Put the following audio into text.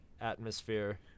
atmosphere